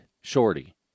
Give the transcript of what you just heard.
Shorty